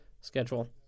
schedule